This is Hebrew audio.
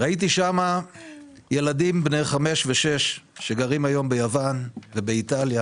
ראיתי שם ילדים בני חמש ושש שגרים היום ביוון ובאיטליה